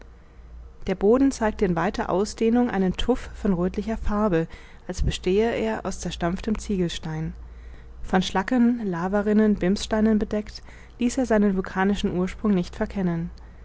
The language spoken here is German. der boden zeigte in weiter ausdehnung einen tuff von röthlicher farbe als bestehe er aus zerstampftem ziegelstein von schlacken lavarinnen bimssteinen bedeckt ließ er seinen vulkanischen ursprung nicht verkennen